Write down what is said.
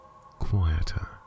quieter